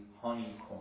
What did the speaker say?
honeycomb